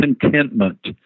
contentment